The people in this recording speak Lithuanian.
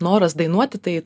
noras dainuoti tai